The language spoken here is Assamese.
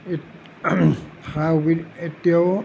এতি সা সুবি এতিয়াও